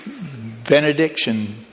Benediction